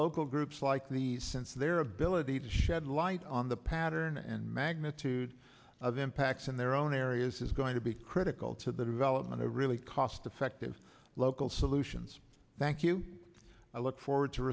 local groups like these since their ability to shed light on the pattern and magnitude of the impacts in their own areas is going to be critical to the development of really cost effective local solutions thank you i look forward to